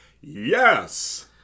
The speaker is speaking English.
Yes